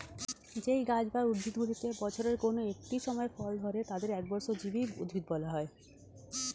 যেই গাছ বা উদ্ভিদগুলিতে বছরের কোন একটি সময় ফল ধরে তাদের একবর্ষজীবী উদ্ভিদ বলা হয়